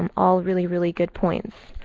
um all really, really good points.